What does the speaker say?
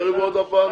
יריבו עוד הפעם,